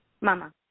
Mama